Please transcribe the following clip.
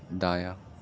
دایاں